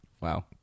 Wow